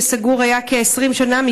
שהיה סגור כ-20 שנה,